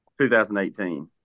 2018